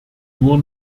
nur